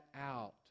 out